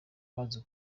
wazo